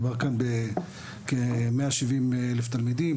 מדובר כאן בכ-170 אלף תלמידים,